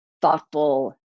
thoughtful